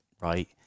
Right